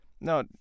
No